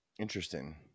interesting